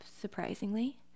surprisingly